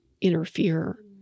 interfere